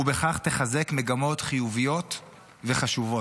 ובכך תחזק מגמות חיוביות וחשובות.